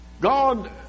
God